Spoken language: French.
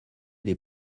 les